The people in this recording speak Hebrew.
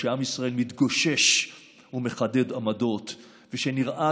שעם ישראל מתגושש ומחדד עמדות ושנראה